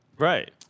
Right